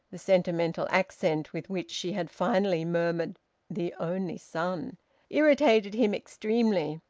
the sentimental accent with which she had finally murmured the only son irritated him extremely.